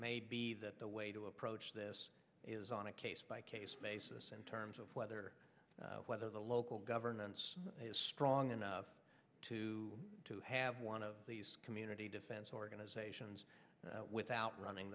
may be that the way to approach this is on a case by case basis in terms of whether whether the local governance is strong enough to have one of these community defense organizations without running